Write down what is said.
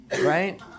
Right